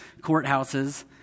courthouses